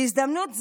בהזדמנות זו,